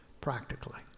practically